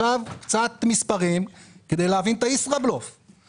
יוקר המחייה והעיסוק בחקלאות הישראלית לא יכולים